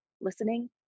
listening